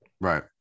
Right